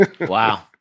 Wow